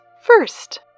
first